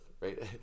right